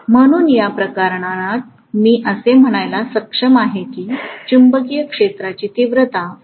म्हणून या प्रकरणात मी असे म्हणायला सक्षम आहे की चुंबकीय क्षेत्राची तीव्रता आहे